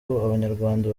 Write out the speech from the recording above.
abanyarwanda